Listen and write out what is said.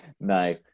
No